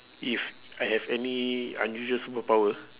if I have any unusual superpower